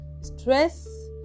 stress